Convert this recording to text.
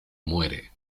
muere